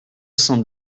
cent